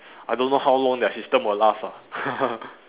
I don't know how long their system will last lah